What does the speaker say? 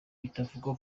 bitavugwa